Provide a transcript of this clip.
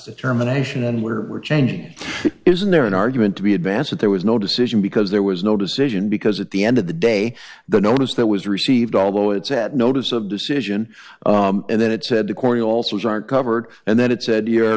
determination and we're changing it isn't there an argument to be advance that there was no decision because there was no decision because at the end of the day the notice that was received although it's at notice of decision and then it said corey also aren't covered and that it said your